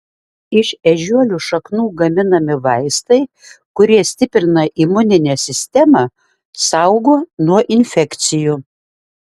iš ežiuolių šaknų gaminami vaistai kurie stiprina imuninę sistemą saugo nuo infekcijų